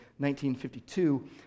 1952